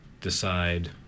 decide